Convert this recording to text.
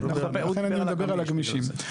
אני מדבר על הגמישים.